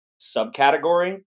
subcategory